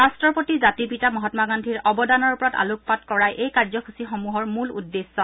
ৰাট্টৰ প্ৰতি জাতিৰ পিতা মহামা গান্ধীৰ অৱদানৰ ওপৰত আলোকপাত কৰাই এই কাৰ্যসূচীসমূহৰ মূল উদ্দেশ্যে